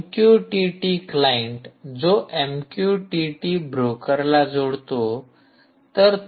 MQTT client जो MQTT ब्रोकरला जोडतो